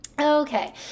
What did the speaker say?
Okay